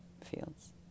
fields